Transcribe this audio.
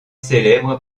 célèbre